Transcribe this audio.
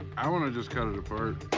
i want to just cut it apart.